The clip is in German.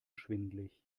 schwindelig